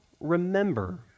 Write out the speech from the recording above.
remember